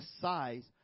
size